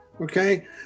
okay